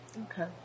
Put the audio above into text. Okay